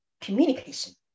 communication